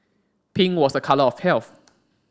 pink was a colour of health